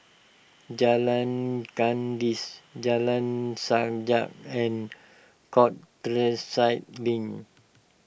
Jalan Kandis Jalan Sajak and Countryside Link